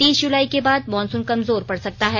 तीस जुलाई के बाद मानसून कमजोर पड़ सकता है